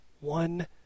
One